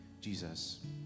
Jesus